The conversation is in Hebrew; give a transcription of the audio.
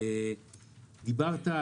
דיברת,